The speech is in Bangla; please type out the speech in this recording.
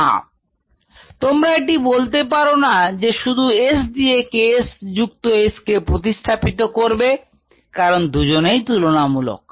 If S≈KS তোমরা এটি বলতে পারো না যে শুধু S দিয়ে K s যুক্ত S কে প্রতিস্থাপিত করবে কারন দুজনেই তুলনামূলক